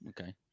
Okay